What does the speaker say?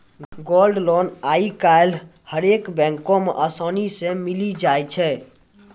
gold loan आइ काल्हि हरेक बैको मे असानी से मिलि जाय छै